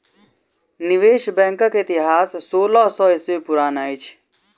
निवेश बैंकक इतिहास सोलह सौ ईस्वी पुरान अछि